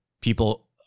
people